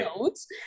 notes